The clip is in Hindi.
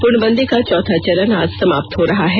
पूर्णबंदी का चौथा चरण आज समाप्त हो रहा है